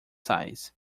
size